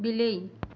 ବିଲେଇ